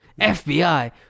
FBI